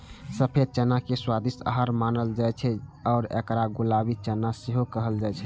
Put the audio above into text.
सफेद चना के स्वादिष्ट आहार मानल जाइ छै आ एकरा काबुली चना सेहो कहल जाइ छै